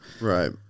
Right